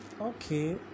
Okay